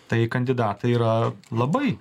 tai kandidatai yra labai